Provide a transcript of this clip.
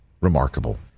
remarkable